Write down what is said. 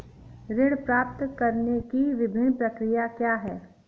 ऋण प्राप्त करने की विभिन्न प्रक्रिया क्या हैं?